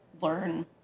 learn